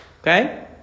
Okay